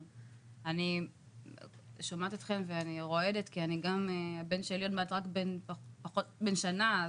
אני שומעת אתכן ואני רועדת כי הבן שלי עוד מעט רק בן שנה,